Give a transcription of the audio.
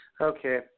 Okay